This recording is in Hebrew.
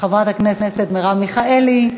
חברת הכנסת מרב מיכאלי,